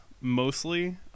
mostly